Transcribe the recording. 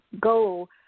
go